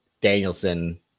Danielson